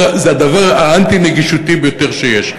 זה הדבר האנטי-נגישותי ביותר שיש.